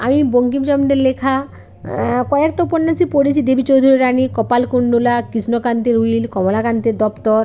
আমি বঙ্কিমচন্দ্রের লেখা কয়েকটা উপন্যাসই পড়েছি দেবী চৌধুরানী কপালকুণ্ডলা কৃষ্ণকান্তের উইল কমলাকান্তের দপ্তর